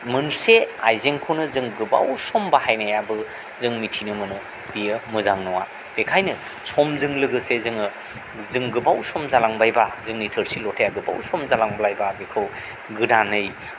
मोनसे आइजेंखौनो जों गोबाव सम बाहायनायाबो जों मिथिनो मोनो बियो मोजां नङा बेखायनो समजों लोगोसे जोङो जों गोबाव सम जालांबायब्ला जोंनि थोरसि लथाया गोबाव सम जालांबायब्ला बेखौ गोदानै